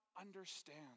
understand